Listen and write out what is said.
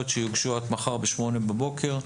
שיוגשו עד מחר בשעה 08:00 בבוקר.